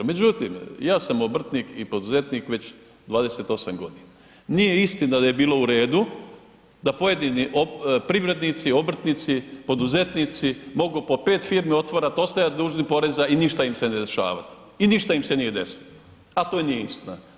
Međutim, ja sam obrtnik i poduzetnik već 28 godina, nije istina da je bilo u redu da pojedini privrednici, obrtnici, poduzetnici mogu po 5 firmi otvarati, ostajati dužni poreza i ništa im se ne dešavati i ništa im se nije desilo a to nije istina.